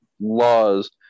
laws